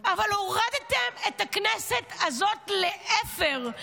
אבל הורדתם את הכנסת הזאת לאפר.